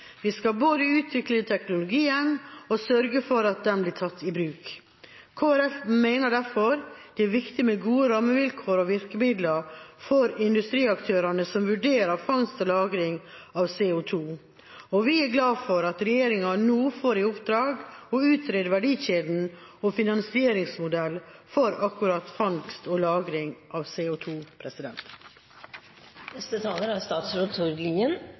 Vi skal både utvikle teknologien og sørge for at den blir tatt i bruk. Kristelig Folkeparti mener derfor det er viktig med gode rammevilkår og virkemidler for industriaktørene som vurderer fangst og lagring av CO2, og vi er glad for at regjeringen nå får i oppdrag å utrede verdikjeden og finansieringsmodell for akkurat fangst og lagring av